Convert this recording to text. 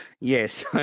Yes